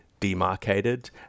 demarcated